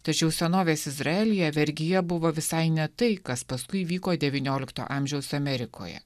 tačiau senovės izraelyje vergija buvo visai ne tai kas paskui vyko devyniolikto amžiaus amerikoje